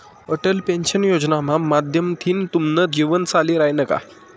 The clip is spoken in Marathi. अटल पेंशन योजनाना माध्यमथीन तुमनं जीवन चाली रायनं का?